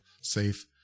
safe